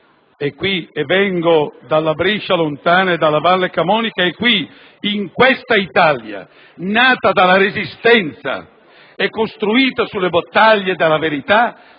politica. Vengo dalla lontana Brescia, dalla Val Camonica, e qui, in questa Italia, nata dalla Resistenza e costruita sulle battaglie della verità,